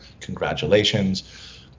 Congratulations